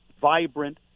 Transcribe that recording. vibrant